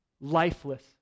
lifeless